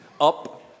up